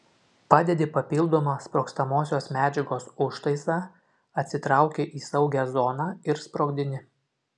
padedi papildomą sprogstamosios medžiagos užtaisą atsitrauki į saugią zoną ir sprogdini